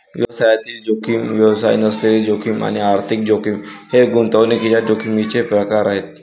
व्यवसायातील जोखीम, व्यवसाय नसलेली जोखीम आणि आर्थिक जोखीम हे गुंतवणुकीच्या जोखमीचे प्रकार आहेत